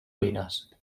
masculines